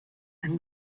and